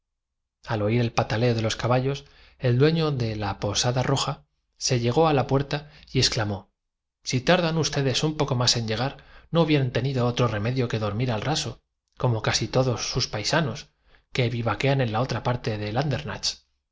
al oir el pataleo de los caballos el ininteligibles y en los cuartos algunas interaelaciones en aquel dueño de la posada roja se llegó a la puerta y exclamó si tardan instante de silencio y de bullicio los dos franceses y el ustedes un poco más en llegar no hubieran tenido otro remedio que posadero ocu dormir al raso como casi todos sus paisanos que vivaquean en la otra pado en